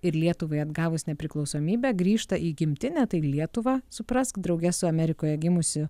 ir lietuvai atgavus nepriklausomybę grįžta į gimtinę tai į lietuvą suprask drauge su amerikoje gimusiu